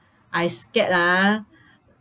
I scared ah